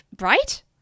Right